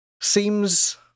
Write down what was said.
seems